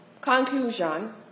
conclusion